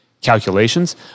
calculations